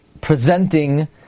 presenting